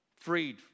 freed